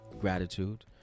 gratitude